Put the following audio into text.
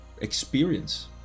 experience